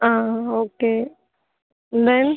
ஆ okay தென்